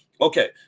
Okay